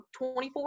24